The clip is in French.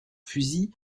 fusils